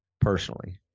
personally